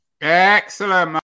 Excellent